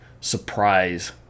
surprise